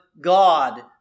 God